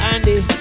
Andy